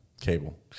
cable